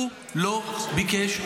הוא לא ביקש.